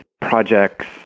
projects